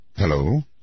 Hello